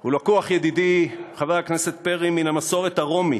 הוא לקוח, ידידי חבר הכנסת פרי, מהמסורת הרומית.